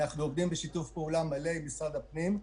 אנחנו עובדים בשיתוף פעולה מלא עם משרד הפנים.